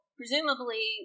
presumably